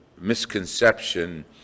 misconception